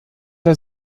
der